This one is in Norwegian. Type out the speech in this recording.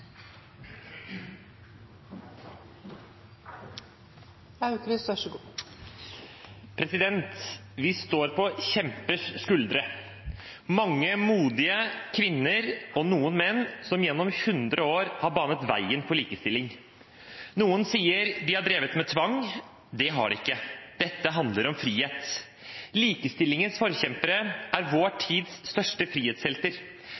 og menn. Så til Fremskrittspartiet: Likestilling kommer ikke av seg selv. Vi må bidra til å løfte dette temaet og ikke ha en vente-og-se-holdning. Vi står på kjempers skuldre – mange modige kvinner, og noen menn, som gjennom hundre år har banet veien for likestilling. Noen sier de har drevet med tvang. Det har de ikke.